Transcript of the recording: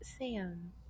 sam